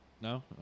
No